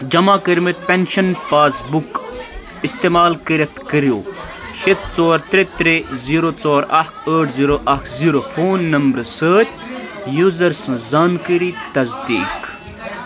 جمع کٔرمٕتۍ pension pass book استعمال کٔرتھ کٔرو شیٚے ژور ترٛےٚ ترٛےٚ زیٖرو ژور اکھ ٲٹھ زیٖرو اکھ زیٖرو فون نمرٕ سۭتۍ یوزر سٕنٛز زانٛکٲری تصدیٖق